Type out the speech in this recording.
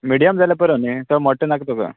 medium जाल्यार पुरो न्ही चड मोटे नाका तुका